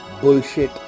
bullshit